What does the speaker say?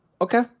Okay